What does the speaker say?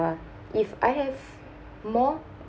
if I have more